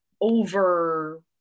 over